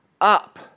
up